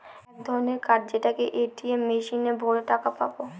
এক ধরনের কার্ড যেটাকে এ.টি.এম মেশিনে ভোরে টাকা পাবো